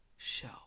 Show